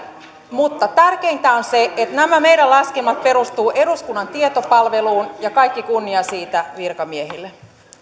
mutta tärkeintä on se että nämä meidän laskelmat perustuvat eduskunnan tietopalveluun ja kaikki kunnia siitä virkamiehille